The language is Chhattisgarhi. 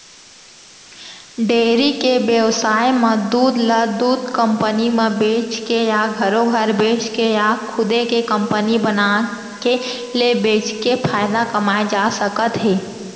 डेयरी के बेवसाय म दूद ल दूद कंपनी म बेचके या घरो घर बेचके या खुदे के कंपनी बनाके ले बेचके फायदा कमाए जा सकत हे